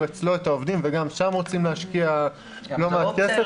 אצלו את העובדים וגם שם רוצים להשקיע לא מעט כסף.